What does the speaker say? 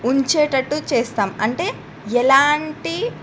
ఉంచేటట్టు చేస్తాం అంటే ఎలాంటి